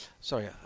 Sorry